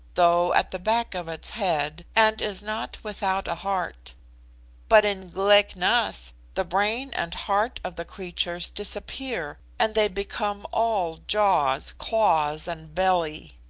though at the back of its head, and is not without a heart but in glek-nas the brain and heart of the creatures disappear, and they become all jaws, claws, and belly.